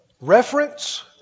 reference